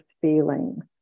feelings